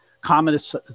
Communist